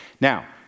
Now